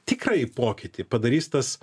tikrąjį pokytį padarys tas